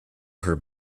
her